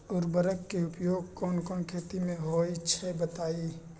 उर्वरक के उपयोग कौन कौन खेती मे होई छई बताई?